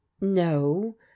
no